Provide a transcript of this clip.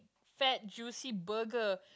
fat juicy burger